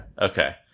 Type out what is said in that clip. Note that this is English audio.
Okay